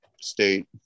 state